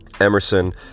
Emerson